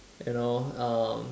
you know um